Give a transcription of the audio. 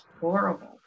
horrible